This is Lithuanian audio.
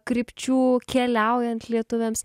krypčių keliaujant lietuviams